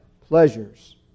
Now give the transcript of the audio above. pleasures